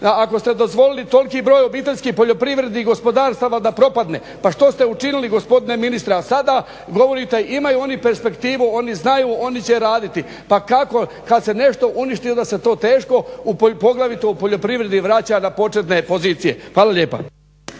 Ako ste dozvolili toliki broj obiteljskih poljoprivrednih gospodarstva da propadne. Pa što ste učinili gospodine ministre? A sada govorite imaju oni perspektivu, oni znaju, oni će raditi. Pa kako? Kad se nešto uništi onda se to teško, poglavito u poljoprivredi vraća na početne pozicije. Hvala lijepa.